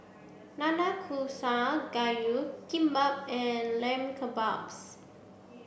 Nanakusa Gayu Kimbap and Lamb Kebabs